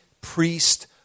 priest